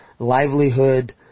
livelihood